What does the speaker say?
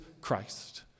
Christ